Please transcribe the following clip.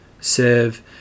serve